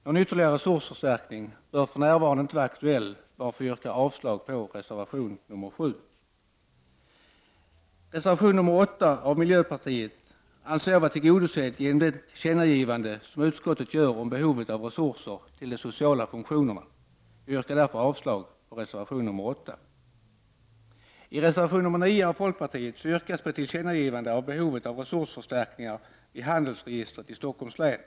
Någon ytterligare resursförstärkning bör för närvarande inte vara aktuell, varför jag yrkar avslag på reservation nr 7. Reservation nr 8 av miljöpartiet anser jag vara tillgodosedd genom det tillkännagivande som utskottet gör om behovet av resurser till de sociala funktionerna. Jag yrkar avslag på reservation nr 8. I reservation nr 9 yrkar folkpartiet på ett tillkännagivande beträffande behovet av resursförstärkningar vid handelsregistret i Stockholms län.